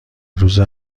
روز